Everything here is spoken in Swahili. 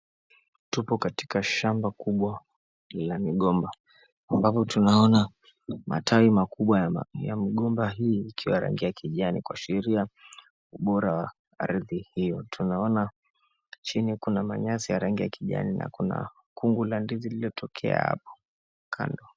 Tupo katika shamba kubwa la migomba ambapo tunaona matawi makubwa ya mgomba hii rangi ya kijani kuashiria ubora wa ardhi hiyo. Tunaona chini kuna manyasi ya rangi ya kijani na kuna kungu la ndizi lililotokea hapo kando.